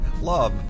love